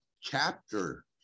chapter